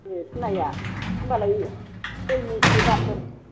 ए सिनाया होनबालाय गय मिस्टि पानफोर